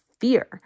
fear